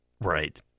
Right